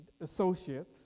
associates